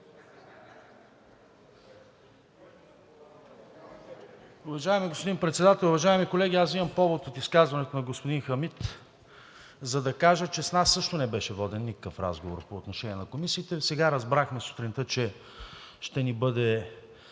Уважаеми господин Председател, уважаеми колеги! Аз вземам повод от изказването на господин Хамид, за да кажа, че с нас също не беше воден никакъв разговор по отношение на комисиите. Сега разбрахме сутринта, че ще ни бъде